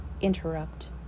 Interrupt